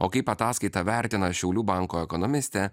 o kaip ataskaitą vertina šiaulių banko ekonomistė